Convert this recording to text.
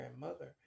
grandmother